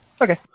Okay